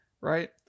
right